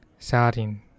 Sarin